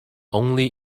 only